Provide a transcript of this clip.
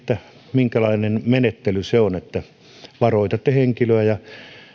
minkälainen menettely se on että varoitatte henkilöä ja